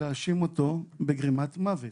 להאשים אותו בגרימת מוות